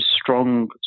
strong